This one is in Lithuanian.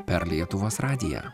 per lietuvos radiją